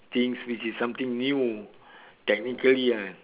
things which is something new technically ah